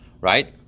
right